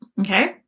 okay